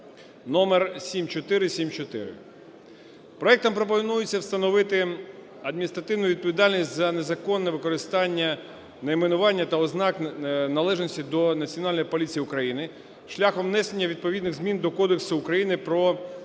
№ 7474. Проектом пропонується встановити адміністративну відповідальність за незаконне використання найменування та ознак належності до Національної поліції України шляхом внесення відповідних змін до Кодексу України про